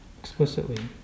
explicitly